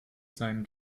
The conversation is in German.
seinen